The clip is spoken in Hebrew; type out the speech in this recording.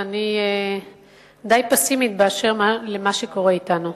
ואני די פסימית באשר למה שקורה אתנו.